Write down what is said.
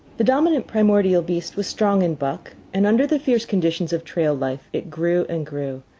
the dominant primordial beast was strong in buck, and under the fierce conditions of trail life it grew and grew.